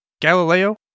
Galileo